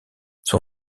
son